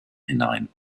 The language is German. hinein